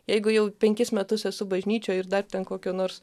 jeigu jau penkis metus esu bažnyčioj ir dar ten kokio nors